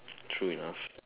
true enough